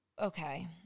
Okay